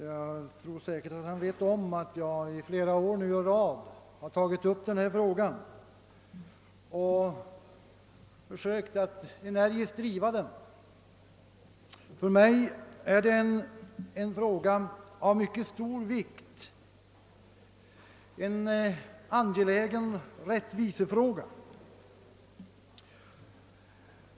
Herr Eriksson vet säkert om att jag flera år i rad har tagit upp denna fråga och försökt att energiskt driva den. För mig är det en fråga av mycket stor vikt, en angelägen rättvisefråga.